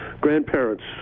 grandparents